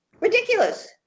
ridiculous